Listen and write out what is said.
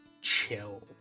chill